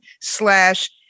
slash